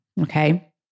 Okay